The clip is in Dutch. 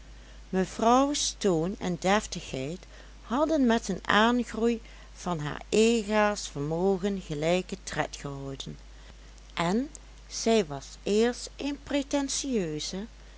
mevrouws toon en deftigheid hadden met den aangroei van haar eegaas vermogen gelijken tred gehouden en zij was eerst een pretentieuse